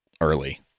early